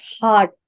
hard